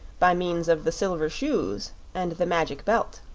by means of the silver shoes and the magic belt?